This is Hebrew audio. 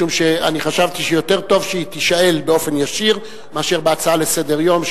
משום שחשבתי שיותר טוב שהיא תישאל באופן ישיר מאשר בהצעה לסדר-היום,